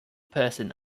person